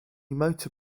motor